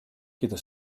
keda